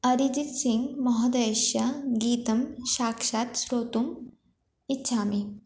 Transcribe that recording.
अरिजितसिङ्ग्महोदयस्य गीतं साक्षात् श्रोतुम् इच्छामि